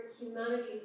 humanities